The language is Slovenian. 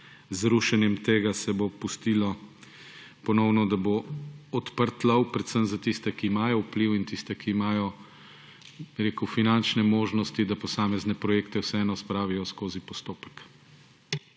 z rušenjem tega se bo pustilo ponovno, da bo odprt lov predvsem za tiste, ki imajo vpliv, in tiste, ki imajo finančne možnosti, da posamezne projekte vseeno spravijo skozi postopek.